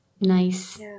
Nice